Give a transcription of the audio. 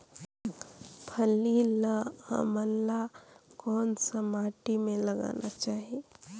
फल्ली ल हमला कौन सा माटी मे लगाना चाही?